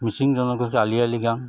মিচিংজনগোষ্ঠীৰ Ali Aye Ligang